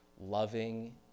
loving